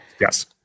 Yes